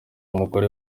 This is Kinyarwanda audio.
umugore